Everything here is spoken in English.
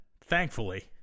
thankfully